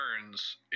turns